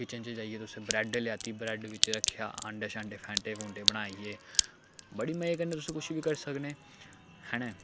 kitchen च जाइयै तुसें ब्रैड लेआती ब्रैड बिच्च रक्खेआ आंडे शैंडे फैंटे फूंटे बनाइयै बड़ी मज़े कन्नै तुस कुछ बी करी सकने है ना